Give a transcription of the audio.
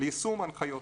ליישום ההנחיות.